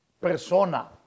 persona